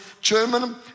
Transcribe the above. German